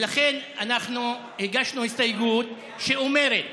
ולכן אנחנו הגשנו הסתייגות שאומרת: